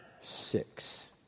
six